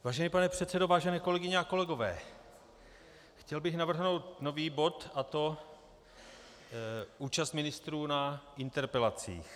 Vážený pane předsedo, vážené kolegyně a kolegové, chtěl bych navrhnout nový bod, a to účast ministrů na interpelacích.